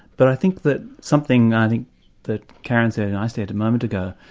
but i think that something i think that karyn said and i said a moment ago,